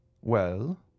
Well